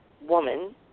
woman